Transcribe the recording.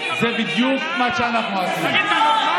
זה בדיוק מה שאנחנו עשינו.